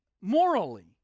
morally